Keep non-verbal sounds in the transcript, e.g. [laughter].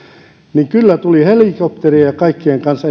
niin kyllä tulivat helikopterien ja kaikkien kanssa [unintelligible]